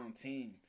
team